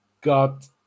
got